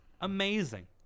Amazing